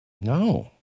No